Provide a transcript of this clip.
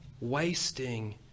wasting